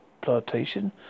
plantation